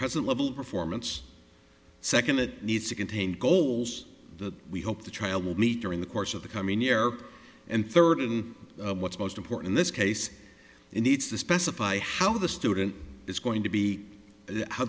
present level performance second it needs to contain goals that we hope the child will meet during the course of the coming year and third and what's most important this case in needs to specify how the student is going to be how